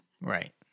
Right